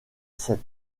sept